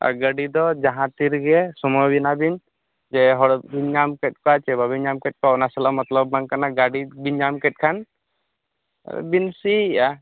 ᱜᱟᱹᱰᱤ ᱫᱚ ᱡᱟᱦᱟᱸᱛᱤ ᱨᱮᱜᱮ ᱥᱚᱢᱚᱭ ᱮᱱᱟᱵᱤᱱ ᱥᱮ ᱦᱚᱲᱵᱤᱱ ᱧᱟᱢᱠᱮᱫ ᱠᱚᱣᱟ ᱥᱮ ᱵᱟᱵᱮᱱ ᱧᱟᱢ ᱠᱮᱫ ᱠᱚᱣᱟ ᱚᱱᱟ ᱥᱟᱞᱟᱜ ᱢᱚᱛᱞᱚᱵᱽ ᱵᱟᱝ ᱠᱟᱱᱟ ᱜᱟᱹᱰᱤ ᱵᱮᱱ ᱧᱟᱢᱠᱮᱫ ᱠᱷᱟᱱ ᱵᱤᱱ ᱥᱤᱭᱮᱫᱼᱟ